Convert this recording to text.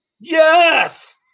Yes